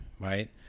right